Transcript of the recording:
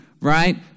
right